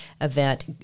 event